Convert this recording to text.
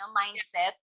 mindset